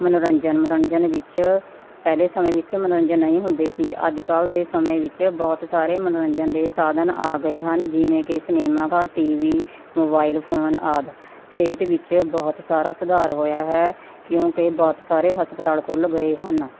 ਮਨੋਰੰਜਨ ਮਨੋਰੰਜਨ ਵਿੱਚ ਪਹਿਲੇ ਸਮੇਂ ਵਿੱਚ ਮਨੋਰੰਜਨ ਨਹੀਂ ਹੁੰਦੇ ਸੀ ਅੱਜ ਕੱਲ੍ਹ ਦੇ ਸਮੇਂ ਵਿੱਚ ਬਹੁਤ ਸਾਰੇ ਮਨੋਰੰਜਨ ਦੇ ਸਾਧਨ ਆ ਗਏ ਹਨ ਜਿਵੇਂ ਕਿ ਸਿਨੇਮਾ ਘਰ ਟੀਵੀ ਮੋਬਾਇਲ ਫ਼ੋਨ ਆਦਿ ਸਿਹਤ ਵਿੱਚ ਬਹੁਤ ਸਾਰਾ ਸੁਧਾਰ ਹੋਇਆ ਹੈ ਕਿਉਂਕਿ ਬਹੁਤ ਸਾਰੇ ਹਸਪਤਾਲ ਖੁੱਲ੍ਹ ਗਏ ਹਨ